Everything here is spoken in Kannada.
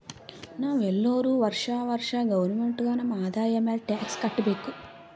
ನಾವ್ ಎಲ್ಲೋರು ವರ್ಷಾ ವರ್ಷಾ ಗೌರ್ಮೆಂಟ್ಗ ನಮ್ ಆದಾಯ ಮ್ಯಾಲ ಟ್ಯಾಕ್ಸ್ ಕಟ್ಟಬೇಕ್